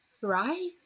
right